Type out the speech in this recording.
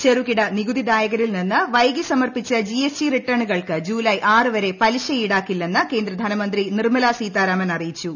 ചെറുകിട നികുതി ദായകരിൽ നിന്ന് വൈകി സമർപ്പിച്ച ജിഎസ്ടി റിട്ടേണുകൾക്ക് ജൂലായ് ആറ് വരെ പലിശ ഈടാക്കില്ലെന്ന് കേന്ദ്ര ധനമന്ത്രി നിർമ്മലാ സീതാരാമൻ അറിയിച്ചു